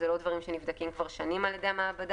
זה דבר שכבר לא נבדק שנים על ידי המעבדה,